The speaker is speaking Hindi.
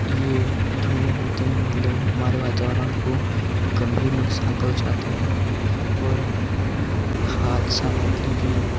ये धुंए होते हैं मतलब हमारे वातावरण को गंभीर नुकसान पहुँचाते हैं और ये खाद सामग्री भी